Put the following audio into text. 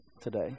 today